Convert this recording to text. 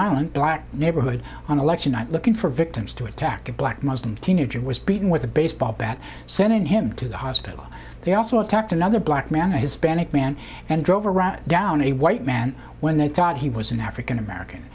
island black neighborhood on election night looking for victims to attack a black muslim teenager was beaten with a baseball bat sent him to the hospital they also attacked another black man a hispanic man and drove around down a white man when they thought he was an african american